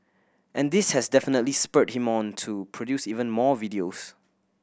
and this has definitely spurred him on to produce even more videos